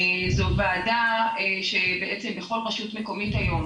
זו ועדה שבעצם בכל רשות מקומית היום,